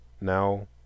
Now